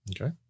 Okay